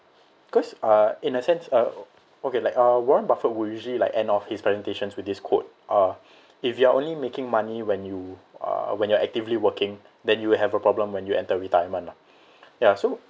cause uh in a sense uh okay like uh warren buffet will usually like end off his presentations with this quote uh if you are only making money when you uh when you're actively working then you will have a problem when you enter retirement lah ya so